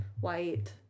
white